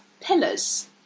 pillars